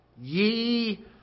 ye